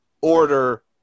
order